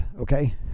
okay